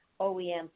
OEM